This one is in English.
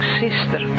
sister